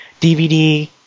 DVD